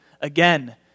again